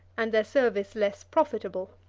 and their service less profitable.